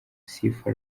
sifa